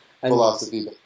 philosophy